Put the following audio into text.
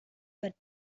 but